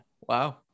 Wow